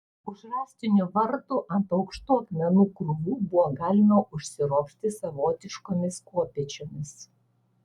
už rąstinių vartų ant aukštų akmenų krūvų buvo galima užsiropšti savotiškomis kopėčiomis